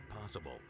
possible